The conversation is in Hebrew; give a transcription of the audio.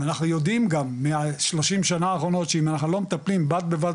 ואנחנו יודעים גם מה-30 שנה האחרונות שאם אנחנו לא מטפלים בד ובבד